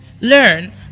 learn